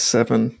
Seven